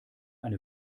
eine